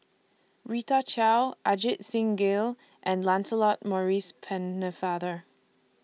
Rita Chao Ajit Singh Gill and Lancelot Maurice Pennefather